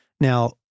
Now